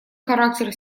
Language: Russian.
характер